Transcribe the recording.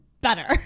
better